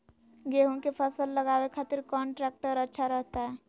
गेहूं के फसल लगावे खातिर कौन ट्रेक्टर अच्छा रहतय?